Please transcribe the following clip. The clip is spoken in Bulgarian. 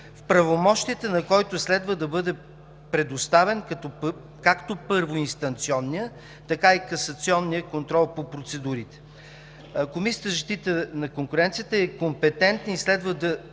в правомощията на който следва да бъде предоставен както първоинстанционният, така и касационният контрол по процедурите. Комисията за защита на конкуренцията е компетентна и следва да